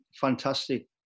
fantastic